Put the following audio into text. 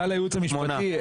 שאלה לייעוץ המשפטי.